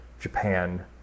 Japan